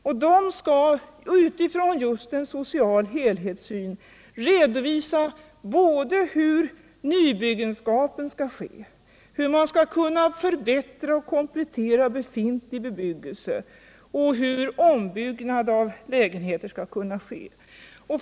De skall just utifrån en social helhetssyn redovisa hur nybyggenskapen skall ske, hur man skall kunna förbättra och komplettera befintlig bebyggelse och hur ombyggnad av lägenheter skall gå till.